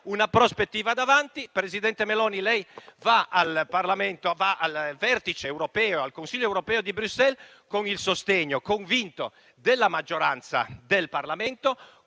una prospettiva davanti. Presidente Meloni, lei va al Consiglio europeo di Bruxelles con il sostegno convinto della maggioranza del Parlamento